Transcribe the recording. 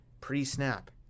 pre-snap